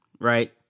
right